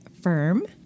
firm